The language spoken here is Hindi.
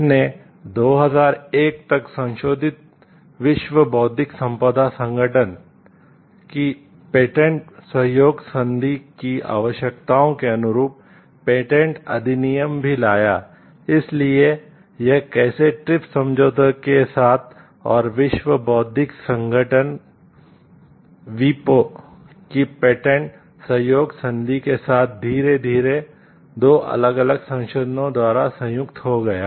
इसने 2001 तक संशोधित विश्व बौद्धिक संपदा संगठन सहयोग संधि के साथ धीरे धीरे दो अलग अलग संशोधनों द्वारा संयुक्त हो गया